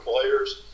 players